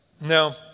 Now